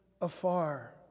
afar